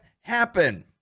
happen